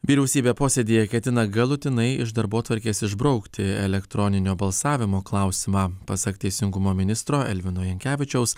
vyriausybė posėdyje ketina galutinai iš darbotvarkės išbraukti elektroninio balsavimo klausimą pasak teisingumo ministro elvino jankevičiaus